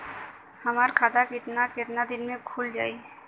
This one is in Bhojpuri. हमर खाता कितना केतना दिन में खुल जाई?